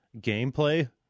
gameplay